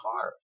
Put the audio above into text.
hard